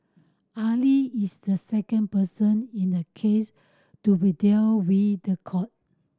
Ali is the second person in the case to be dealt with the court